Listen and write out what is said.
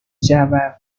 java